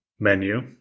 menu